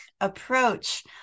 approach